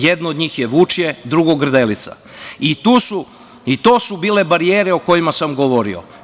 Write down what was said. Jedno od njih je Vučje, a drugo Grdelica i to su barijere o kojima sam govorio.